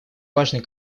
важный